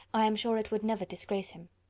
i am sure it would never disgrace him.